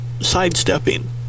sidestepping